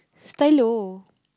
stylo